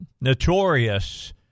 notorious